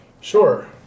Sure